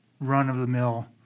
run-of-the-mill